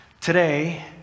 Today